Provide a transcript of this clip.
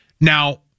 Now